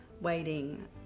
waiting